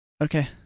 Okay